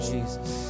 Jesus